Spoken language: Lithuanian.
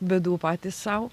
bėdų patys sau